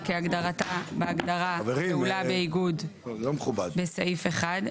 כהגדרתה בהגדרה "פעולה באיגוד" בסעיף 1,